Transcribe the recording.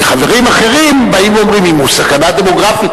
וחברים אחרים באים ואומרים: אם הוא סכנה דמוגרפית,